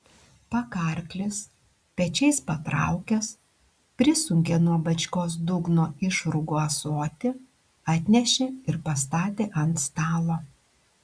pakarklis pečiais patraukęs prisunkė nuo bačkos dugno išrūgų ąsotį atnešė ir pastatė ant stalo